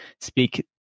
speak